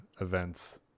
events